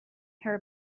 her